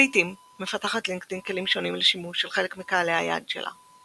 לעיתים מפתחת לינקדאין כלים שונים לשימוש של חלק מקהלי היעד שלה,